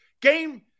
Game